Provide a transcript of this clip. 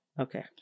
Okay